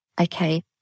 Okay